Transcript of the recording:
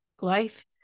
life